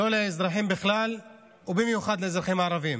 לא לאזרחים בכלל ובמיוחד לאזרחים הערבים.